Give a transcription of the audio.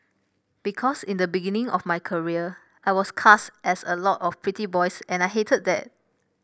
because in the beginning of my career I was cast as a lot of pretty boys and I hated that